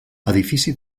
edifici